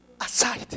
aside